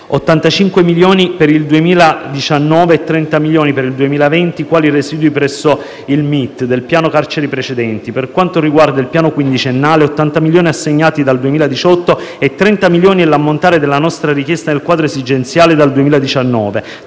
85 milioni per il 2019 e 30 milioni per il 2020 quali residui presso il MIT del piano carceri precedente; per quanto riguarda il piano quindicennale, 80 milioni sono stati assegnati dal 2018 e 30 milioni è l'ammontare della nostra richiesta, nel quadro esigenziale, a